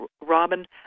Robin